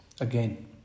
Again